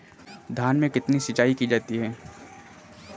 धान में कितनी सिंचाई की जाती है?